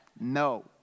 no